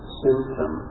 symptom